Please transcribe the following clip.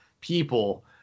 people